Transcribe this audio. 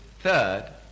third